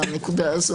הנקודה הזאת.